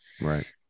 right